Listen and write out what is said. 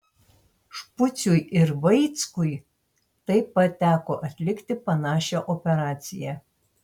špuciui ir vaickui taip pat teko atlikti panašią operaciją